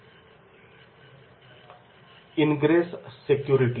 video 2949 पासून 3054 पर्यंत play केला जात आहे इंग्रेस सेक्युरिटी